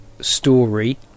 story